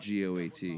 GOAT